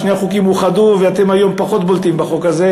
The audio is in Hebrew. שני החוקים אוחדו והיום אתם פחות בולטים בחוק הזה.